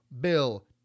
Bill